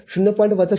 ७ ०